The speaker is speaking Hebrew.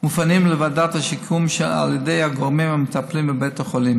מופנים לוועדת השיקום על ידי הגורמים המטפלים בבתי החולים.